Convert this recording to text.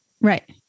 Right